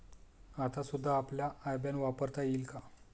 आता सुद्धा आपला आय बॅन वापरता येईल का?